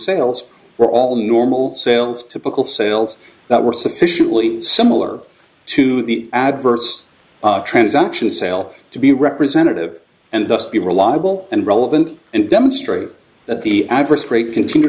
sales were all normal sales typical sales that were sufficiently similar to the adverse transaction sale to be representative and thus be reliable and relevant and demonstrate that the adverse rate continue